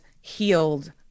healed